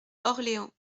orléans